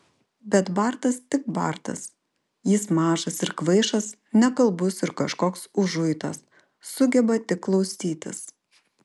bet bartas tik bartas jis mažas ir kvaišas nekalbus ir kažkoks užuitas sugeba tik klausytis